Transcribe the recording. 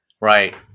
Right